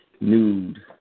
nude